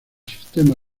sistema